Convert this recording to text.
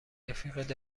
رفیق